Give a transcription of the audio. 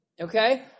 Okay